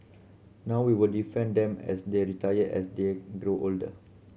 now we will defend them as they retire as they grow older